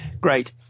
great